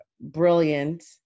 brilliant